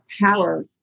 power